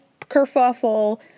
kerfuffle